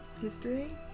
History